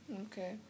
Okay